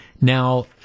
Now